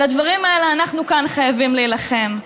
על הדברים האלה אנחנו כאן חייבים להילחם.